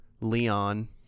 Leon